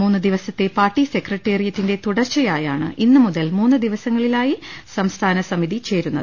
മൂന്ന് ദിവസത്തെ പാർട്ടി സെക്രട്ടറിയേറ്റിന്റെ തുടർച്ച യായാണ് ഇന്ന് മുതൽ മൂന്ന് ദിവസങ്ങളിലായി സംസ്ഥാന സമിതി ചേരുന്നത്